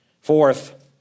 Fourth